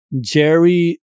Jerry